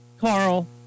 Carl